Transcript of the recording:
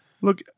Look